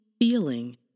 feeling